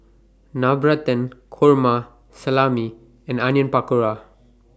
Navratan Korma Salami and Onion Pakora